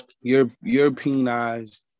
Europeanized